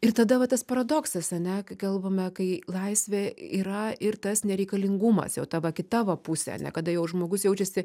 ir tada va tas paradoksas ane kai kalbame kai laisvė yra ir tas nereikalingumas jau ta va kita va pusė ane kada jau žmogus jaučiasi